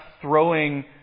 throwing